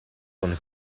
een